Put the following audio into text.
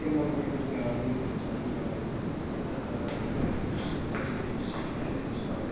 تِمَن پٮ۪ٹھ اوس دیان دیُن اِنسان یِمَن یُس اٮ۪جُکیشَن سِسٹَم چھُ ہِندُستانُک